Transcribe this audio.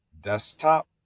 desktop